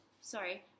sorry